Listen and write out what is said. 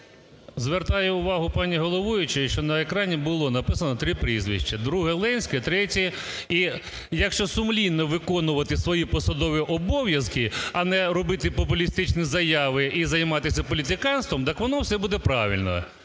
Звертаю увагу пані головуючої, що на екрані було написано три прізвища. Друге – Ленський, третє… І якщо сумлінно виконувати свої посадові обов'язки, а не робити популістичні заяви і займатися політиканством, так воно все буде правильно.